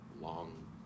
long